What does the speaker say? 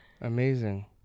Amazing